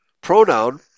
pronoun